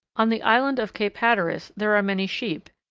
on the island of cape hatteras there are many sheep,